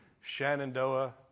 Shenandoah